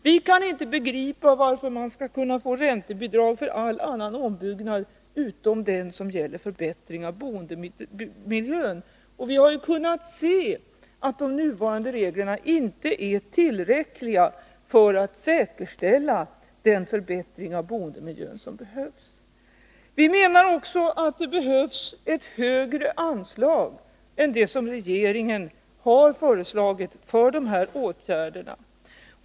Vi kan inte begripa varför man skall kunna få räntebidrag för all annan ombyggnad än den som gäller förbättring av boendemiljön. Vi har ju också kunnat se att de nuvarande reglerna inte är tillräckliga för att säkerställa den förbättring av boendemiljön som behövs. För det tredje menar vi att det också behövs ett högre anslag än det som regeringen har föreslagit för dessa åtgärder.